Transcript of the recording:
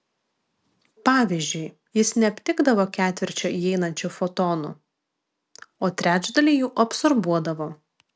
pavyzdžiui jis neaptikdavo ketvirčio įeinančių fotonų o trečdalį jų absorbuodavo